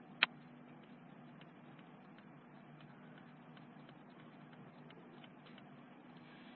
तो यह proteins beta barrel membrane proteins भी कहलाते हैं यह इनरइन मेंब्रेन प्रोटीन या अल्फा हेलीकल मेंब्रेन प्रोटीन कहलाते हैं